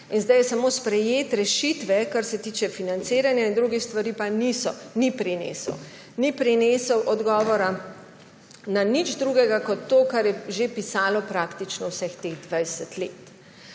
In sedaj je samo sprejet. Rešitev, ki se tičejo financiranja in drugih stvari, pa ni. Ni prinesel odgovora na nič drugega kot to, kar je že pisalo praktično vseh teh 20 let.